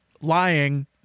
lying